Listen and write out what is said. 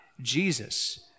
Jesus